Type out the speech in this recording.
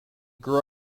grew